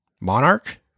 Monarch